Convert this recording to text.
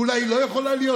ואולי היא לא יכולה להיות,